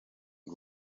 ngo